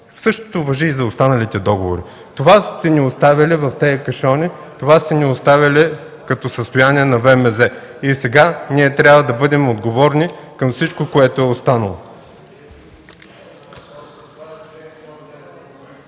Същото важи и за останалите договори. Това сте ни оставили в тези кашони! Това сте ни оставили като състояние на ВМЗ. И сега ние трябва да бъдем отговорни за всичко, което е станало.